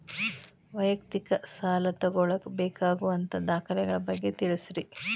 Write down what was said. ವೈಯಕ್ತಿಕ ಸಾಲ ತಗೋಳಾಕ ಬೇಕಾಗುವಂಥ ದಾಖಲೆಗಳ ಬಗ್ಗೆ ತಿಳಸ್ರಿ